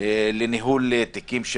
לניהול תיקים,